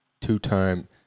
two-time